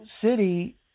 City